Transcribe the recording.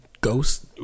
ghost